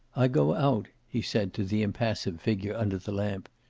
i go out, he said, to the impassive figure under the lamp.